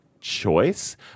choice